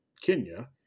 Kenya